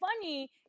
funny